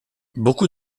beaucoup